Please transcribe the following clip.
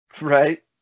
Right